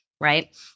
right